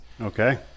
Okay